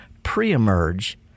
Pre-emerge